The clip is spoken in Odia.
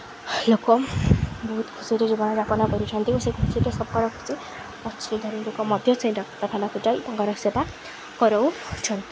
ଲୋକ ବହୁତ୍ ଖୁସିର ଜୀବନଯାପନ କରୁଛନ୍ତି ଓ ସେ ଖୁସିଟା ସବ୍କର ଖୁସି ଅସୁବିଧାରେ ଲୋକ ମଧ୍ୟ ସେ ଡାକ୍ତରଖାନକୁ ଯାଇ ତାଙ୍କର ସେବା କରଉଛନ୍ତି